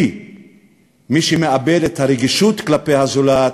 כי מי שמאבד את הרגישות כלפי הזולת,